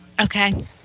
Okay